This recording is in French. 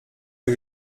que